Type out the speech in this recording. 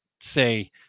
say